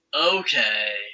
Okay